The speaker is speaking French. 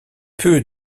peu